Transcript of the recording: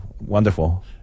wonderful